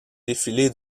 défilé